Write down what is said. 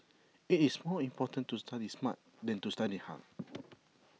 IT is more important to study smart than to study hard